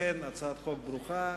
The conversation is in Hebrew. לכן הצעת החוק ברוכה.